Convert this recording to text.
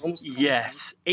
Yes